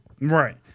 right